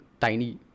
tiny